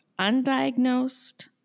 undiagnosed